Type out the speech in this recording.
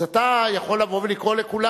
אז אתה יכול לבוא ולקרוא לכולם.